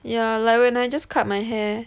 ya like when I just cut my hair